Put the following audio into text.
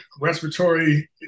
respiratory